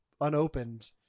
unopened